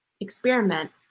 experiment